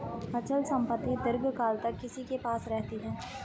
अचल संपत्ति दीर्घकाल तक किसी के पास रहती है